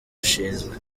ashinzwe